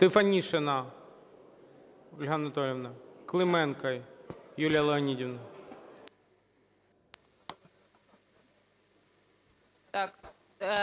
Стефанишина Ольга Анатоліївна. Клименко Юлія Леонідівна.